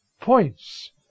points